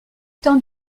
temps